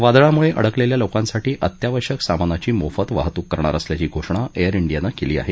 वादळामुळे अडकलेल्या लोकांसाठी अत्यावश्यक सामानाची मोफत वाहतुक करणार असल्याची घोषणा एअर इंडियानं केली आहे